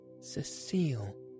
Cecile